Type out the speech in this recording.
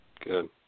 good